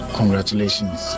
congratulations